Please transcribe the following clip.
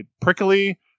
prickly